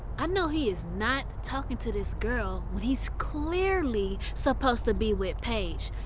i know he is not talking to this girl when he's clearly suppose to be with paige.